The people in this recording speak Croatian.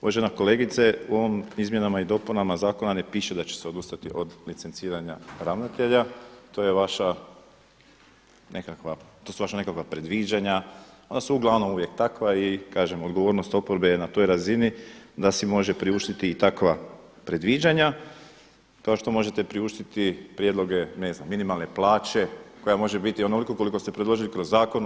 Uvažena kolegice, u ovim izmjenama i dopunama zakona ne piše da će se odustati od licenciranja ravnatelja, to je vaša nekakva, to su vaša nekakva predviđanja, ona su uglavnom uvijek takva i kažem odgovornost oporbe je na toj razini da si može priuštiti i takva predviđanja kao što možete priuštiti prijedloge ne znam minimalne plaće koja može biti onoliko koliko ste predložili kroz zakon.